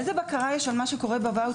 איזו בקרה יש על מה שקורה בוואוצ'רים?